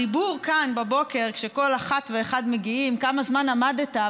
הדיבור כאן בבוקר כשכל אחת ואחד מגיע: כמה זמן עמדת?